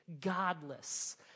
godless